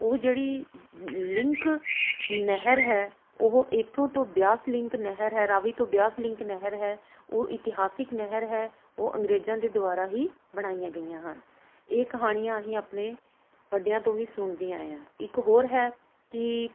ਉਹ ਜਿਹੜੀ ਲਿੰਕ ਨਹਿਰ ਹੈ ਉਹ ਇੱਥੋਂ ਤੋਂ ਬਿਆਸ ਲਿੰਕ ਨਹਿਰ ਹੈ ਰਾਵੀ ਤੋਂ ਬਿਆਸ ਲਿੰਕ ਨਹਿਰ ਹੈ ਉਹ ਇਤਿਹਾਸਿਕ ਨਹਿਰ ਹੈ ਉਹ ਅੰਗਰੇਜ਼ਾਂ ਦੇ ਦੁਆਰਾ ਹੀ ਬਣਾਈਆ ਗਈਆਂ ਹਨ ਇਹ ਕਹਾਣੀਆਂ ਅਸੀਂ ਆਪਣੇ ਵੱਡਿਆਂ ਤੋਂ ਵੀ ਸੁਣਦੇ ਆਏ ਹਾਂ ਇੱਕ ਹੋਰ ਹੈ ਕਿ